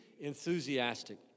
enthusiastic